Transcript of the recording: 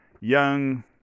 young